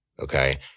okay